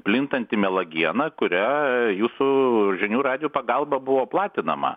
plintanti melagiena kuria jūsų žinių radijo pagalba buvo platinama